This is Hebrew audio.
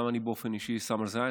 גם אני באופן אישי שם על זה עין